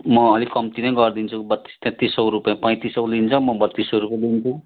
म अलिक कम्ती नै गरिदिन्छु बत्तिस तेत्तिस सौ रुपियाँ पैँतिस सौ लिन्छ म बत्तिस सौ रुपियाँ लिन्छु